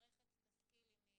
המערכת תשכיל אם היא